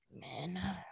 man